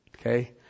Okay